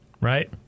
right